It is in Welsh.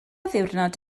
ddiwrnod